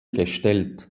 gestellt